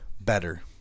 better